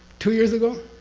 two years ago?